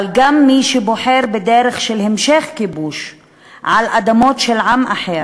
אבל גם מי שבוחר בדרך של המשך כיבוש של אדמות של עם אחר,